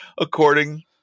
according